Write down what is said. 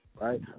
Right